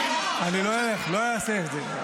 אני לא אעשה את זה.